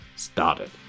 started